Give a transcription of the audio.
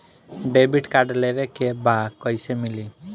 Debit card लेवे के बा कईसे मिली?